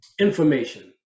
Information